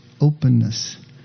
openness